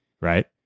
Right